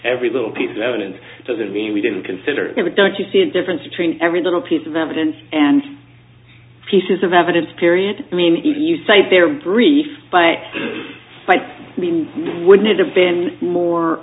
every little piece of evidence doesn't mean we didn't consider it a duck you see a difference between every little piece of evidence and pieces of evidence period i mean you say they're brief but i mean wouldn't it have been more